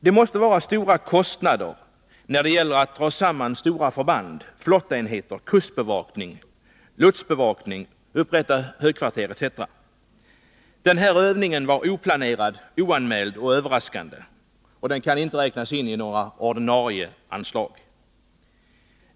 Det måste vara förenat med stora kostnader att dra samman stora förband flottenheter, kustbevakning, lotsbevakning, upprättande av högkvarter etc. Den här övningen var oplanerad, oanmäld och överraskande, och den kan inte räknas in i några ordinarie anslag.